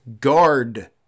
guard